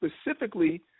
Specifically